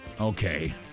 Okay